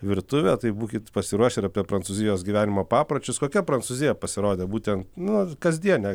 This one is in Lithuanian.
virtuvę tai būkit pasiruošę ir apie prancūzijos gyvenimo papročius kokia prancūzija pasirodė būtent nu kasdienė